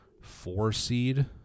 four-seed